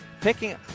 picking